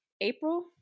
April